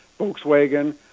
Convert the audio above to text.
Volkswagen